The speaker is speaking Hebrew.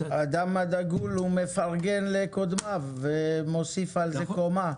האדם הדגול הוא מפרגן לקודמיו ומוסיף על זה קומה.